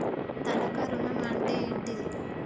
తనఖా ఋణం అంటే ఏంటిది?